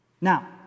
Now